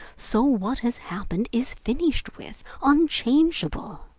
so what has happened is finished with, unchangeable.